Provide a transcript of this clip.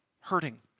hurting